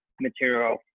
material